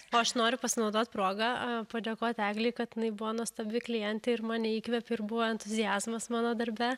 o aš noriu pasinaudoti proga padėkoti eglei kad jinai buvo nuostabi klientė ir mane įkvėpė ir buvo entuziazmas mano darbe